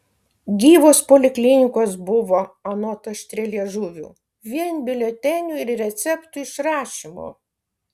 gyvos poliklinikos buvo anot aštrialiežuvių vien biuletenių ir receptų išrašymu